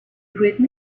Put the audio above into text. read